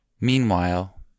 Meanwhile